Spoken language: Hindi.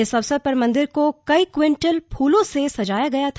इस अवसर पर मंदिर को कई क्विंटल फूलों से सजाया गया था